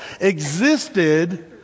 Existed